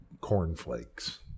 cornflakes